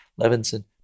Levinson